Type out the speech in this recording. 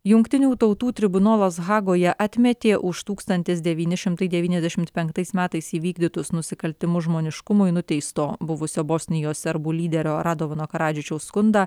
jungtinių tautų tribunolas hagoje atmetė už tūkstantis devyni šimtai devyniasdešimt penktais metais įvykdytus nusikaltimus žmoniškumui nuteisto buvusio bosnijos serbų lyderio radovano karadžičiaus skundą